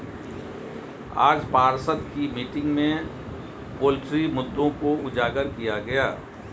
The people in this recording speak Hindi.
आज पार्षद की मीटिंग में पोल्ट्री मुद्दों को उजागर किया गया